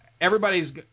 everybody's